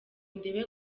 ndebe